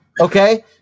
okay